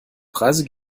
preise